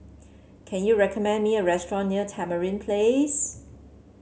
can you recommend me a restaurant near Tamarind Place